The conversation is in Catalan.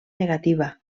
negativa